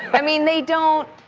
i mean, they don't